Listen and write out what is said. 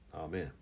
Amen